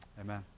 amen